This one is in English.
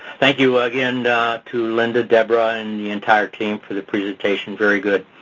thank you again to linda, deborah and the entire team for the presentation, very good.